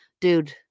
dude